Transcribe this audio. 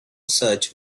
such